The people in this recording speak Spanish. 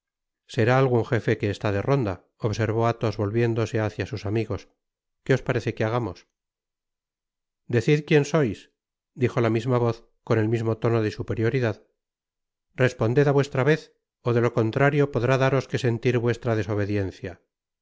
será algun jefe que está de ronda observó athos volviéndose hácia sus amigos qué os parece que hagamos decid quien sois dijo la misma voz con el mismo tono de superioridad responded á vuestra vez ó de lo contrario podrá daros que sentir vuestra desobediencia